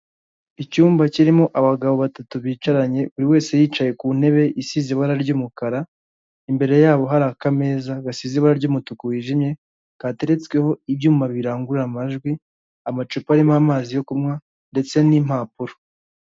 Icyumba kirimo abagabo batatu bicaranye buri wese yicaye ku ntebe isize ibara ry'umukara, imbere yabo hari akameza gasize ibara ry'umutuku wijimye, kateretsweho ibyuma birangurura amajwi, amacupa arimo amazi yo kunywa ndetse n'impapuro.